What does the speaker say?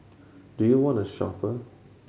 do you want a chauffeur